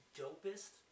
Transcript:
dopest